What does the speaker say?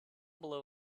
below